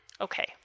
Okay